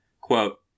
Quote